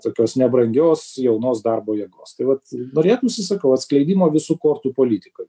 tokios nebrangios jaunos darbo jėgos tai vat norėtų sakau atskleidimo visų kortų politikoj